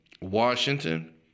Washington